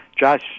Josh